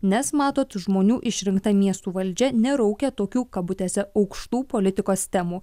nes matot žmonių išrinkta miestų valdžia neraukia tokių kabutėse aukštų politikos temų